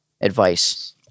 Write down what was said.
advice